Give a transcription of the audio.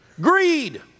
Greed